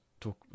talk